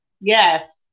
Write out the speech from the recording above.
Yes